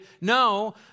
no